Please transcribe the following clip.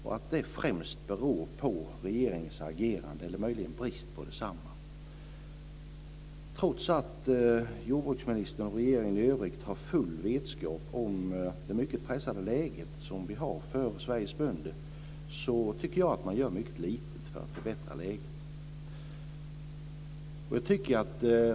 Det beror främst på regeringens agerande, eller möjligen brist på agerande. Trots att jordbruksministern och regeringen i övrigt har full vetskap om det pressade läget för Sveriges bönder, tycker jag att man gör lite för att förbättra läget.